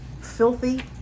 filthy